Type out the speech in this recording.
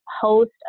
host